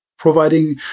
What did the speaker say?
Providing